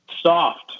Soft